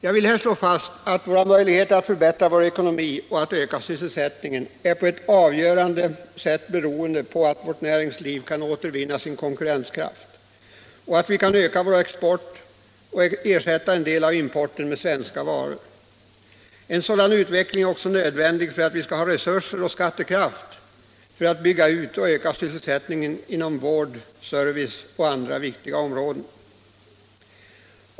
Jag vill slå fast att våra möjligheter att förbättra vår ekonomi och öka sysselsättningen på ett avgörande sätt är beroende av att vårt näringsliv kan återvinna sin konkurrenskraft och att vi kan öka vår export och ersätta en del av importen med svenska varor. En sådan utveckling är också nödvändig för att vi skall ha resurser och skattekraft för att bygga ut och öka sysselsättningen inom vård, service och andra viktiga områden.